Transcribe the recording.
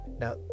now